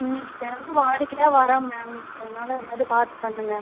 ம் தினமும் வாடிக்கையாக வரோம் மேம் அதனால் ஏதாவது பார்த்து பண்ணுங்கள்